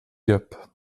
gap